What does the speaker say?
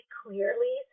clearly